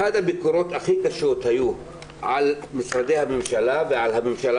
אחת הביקורות הכי קשות היו על משרדי הממשלה ועל הממשלה